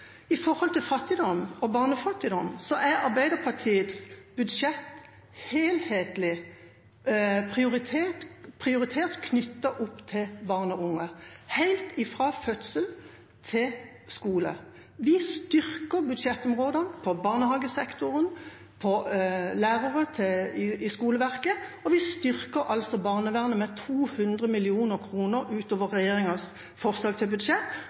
barnefattigdom, er Arbeiderpartiets budsjett helhetlig prioritert knyttet opp til barn og unge – helt fra fødsel til skole. Vi styrker budsjettet på områder som barnehagesektoren og lærere i skoleverket, og vi styrker barnevernet med 200 mill. kr utover regjeringas forslag til budsjett.